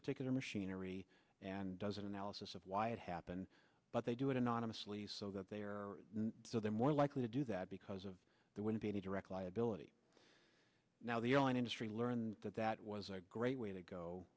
particular machinery and does an analysis of why it happened but they do it anonymously so that they are so they're more likely to do that because of there wouldn't be any direct liability now the airline industry learned that that was a great way to go